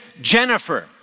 Jennifer